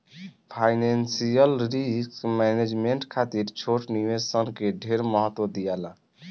financial risk management खातिर छोट निवेश सन के ढेर महत्व दियाला